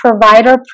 provider